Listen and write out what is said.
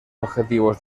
objetivos